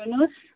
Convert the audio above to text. भन्नुहोस्